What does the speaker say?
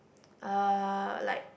uh like